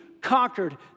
conquered